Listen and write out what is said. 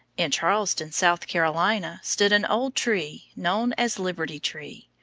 in charleston, south carolina, stood an old tree, known as liberty tree.